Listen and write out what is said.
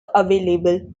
available